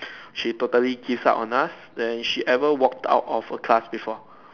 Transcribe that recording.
she totally gives up on us then she ever walked out of a class before